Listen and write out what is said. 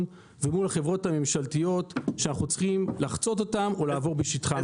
ומול החברות הממשלתיות שאנחנו צריכים לחצות אותן או לעבור בשטחן.